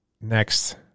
Next